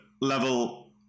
level